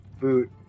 boot